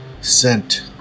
sent